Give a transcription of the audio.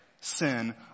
sin